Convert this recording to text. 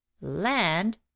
Land